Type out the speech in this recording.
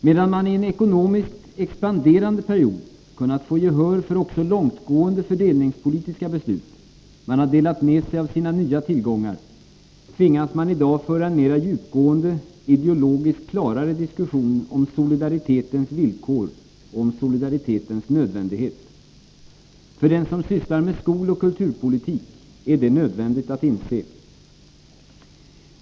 Medan man i en ekonomiskt expanderande period kunnat få gehör för också långtgående fördelningspolitiska beslut — man har delat med sig av sina nya tillgångar — tvingas man i dag föra en mera djupgående, ideologiskt klarare diskussion om solidaritetens villkor och om solidaritetens nödvändighet. För den som sysslar med skoloch kulturpolitik är detta nödvändigt att inse.